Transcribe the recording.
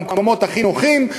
במקומות הכי נוחים,